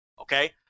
Okay